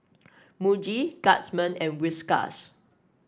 Muji Guardsman and Whiskas